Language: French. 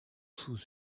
sous